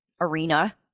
arena